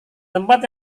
tempat